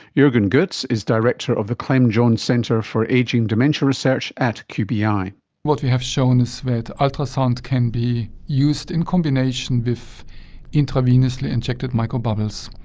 jurgen gotz is director of the clem jones centre for ageing dementia research at qbi. what we have shown is that ultrasound can be used in combination with intravenously injected microbubbles.